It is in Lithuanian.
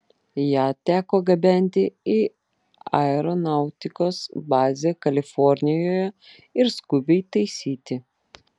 ją teko gabenti į aeronautikos bazę kalifornijoje ir skubiai taisyti